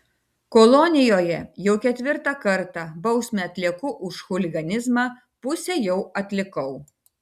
kolonijoje jau ketvirtą kartą bausmę atlieku už chuliganizmą pusę jau atlikau